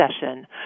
session